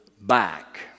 back